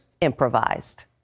improvised